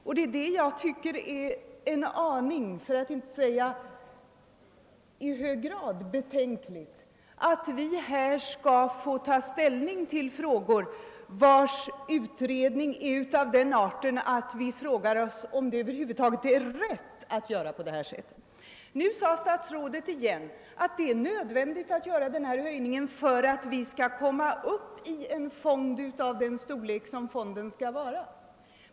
Det är det jag tycker är en aning, för att inte säga i hög grad betänkligt, att vi skall ta ställning till förslag som är av den arten att vi måste fråga oss om det över huvud taget är rätt att förfara på detta sätt. Nu säger statsrådet igen att det är nödvändigt att företa en taxehöjning för att fonden skall komma upp i den storlek som den bör ha.